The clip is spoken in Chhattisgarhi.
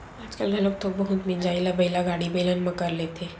आजकाल घलोक थोक बहुत मिजई ल बइला गाड़ी, बेलन म कर लेथे